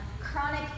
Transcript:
Chronic